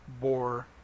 bore